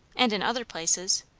and in other places,